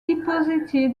deposited